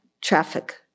traffic